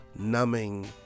numbing